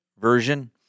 version